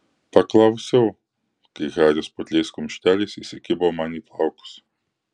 paklausiau kai haris putliais kumšteliais įsikibo man į plaukus